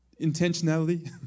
intentionality